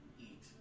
eat